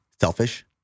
selfish